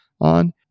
on